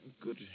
Good